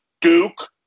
Duke